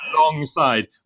alongside